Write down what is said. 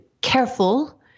careful